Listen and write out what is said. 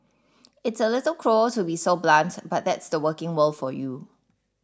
it's a little cruel to be so blunt but that's the working world for you